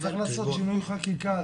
צריך לעשות שינוי חקיקה.